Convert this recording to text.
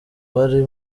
wari